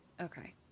Okay